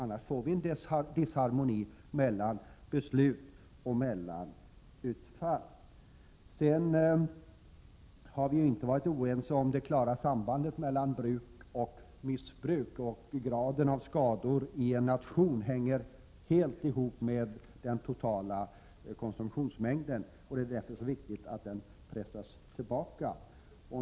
Annars får vi en disharmoni mellan beslut och utfall. Vi är inte oense om det klara sambandet mellan bruk och missbruk. Graden av alkoholskador i en nation hänger helt samman med den totala konsumtionsmängden. Det är därför viktigt att denna pressas tillbaka.